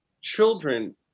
children